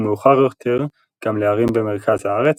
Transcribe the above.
ומאוחר יותר גם לערים במרכז הארץ,